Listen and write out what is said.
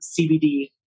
CBD